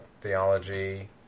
theology